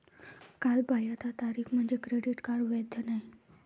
कालबाह्यता तारीख म्हणजे क्रेडिट कार्ड वैध नाही